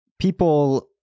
people